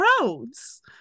roads